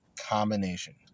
combination